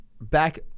back